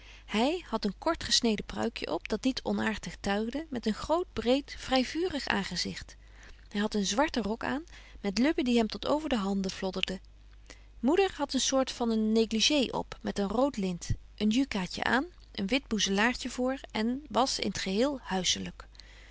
hy hadt een kort gesneden pruikje op dat niet onäartig tuigde met een groot breet vry vurig aangezicht hy hadt een zwarte rok aan met lubben die hem tot over de handen flodderden moeder hadt een soort van een negligé op met een rood lint een jukaatje aan een wit boezelaartje voor en was in t geheel huisselyk